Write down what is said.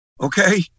Okay